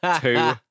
two